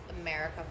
America